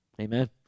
Amen